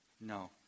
No